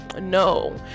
no